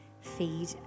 feed